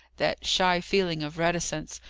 that shy feeling of reticence,